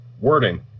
wording